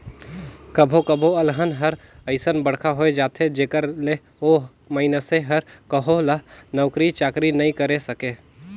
कभो कभो अलहन हर अइसन बड़खा होए जाथे जेखर ले ओ मइनसे हर कहो ल नउकरी चाकरी नइ करे सके